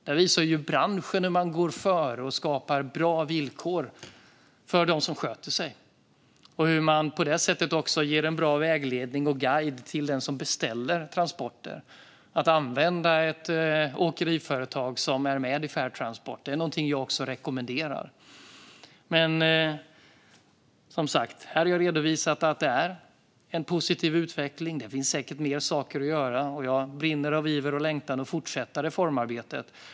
Det visar hur branschen går före och skapar bra villkor för dem som sköter sig och hur man på det sättet också ger en bra vägledning och guide till den som beställer transporter. Att använda ett åkeriföretag som är med i Fair Transport är någonting som jag rekommenderar. Här har jag redovisat att det är en positiv utveckling. Det finns säkert mer att göra, och jag brinner av iver och längtan att få fortsätta reformarbetet.